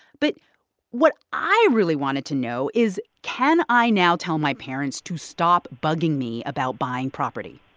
but what i really wanted to know is, can i now tell my parents to stop bugging me about buying property?